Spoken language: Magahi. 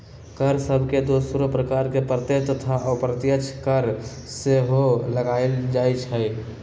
कर सभके दोसरो प्रकार में प्रत्यक्ष तथा अप्रत्यक्ष कर सेहो लगाएल जाइ छइ